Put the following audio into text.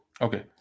Okay